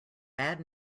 bad